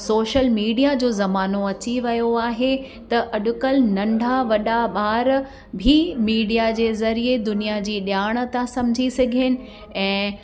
social media जो ज़मानो अची वियो आहे त अॼुकल्ह नंढा वॾा ॿार बि मीडिया जे ज़रिए दुनिया जी ॼाण था सम्झी सघनि ऐं